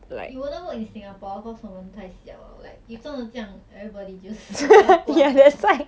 it wouldn't work in singapore cause 我们太小 liao like if 真的这样 everybody just 死到光 liao